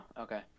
okay